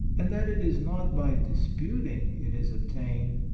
and that it is not by disputing it is obtained,